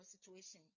situation